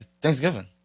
Thanksgiving